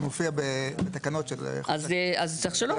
זה מופיע בתקנות של --- אז צריך לשנות.